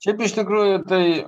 šiaip iš tikrųjų tai